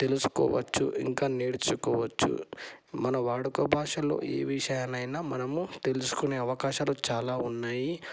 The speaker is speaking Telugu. తెలుసుకోవచ్చు ఇంకా నేర్చుకోవచ్చు మన వాడుక భాషల్లో ఏ విషయానైనా మనము తెలుసుకునే అవకాశాలు చాలా ఉన్నాయి